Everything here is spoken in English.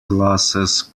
glasses